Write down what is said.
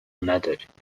ندارید